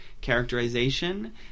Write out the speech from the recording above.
characterization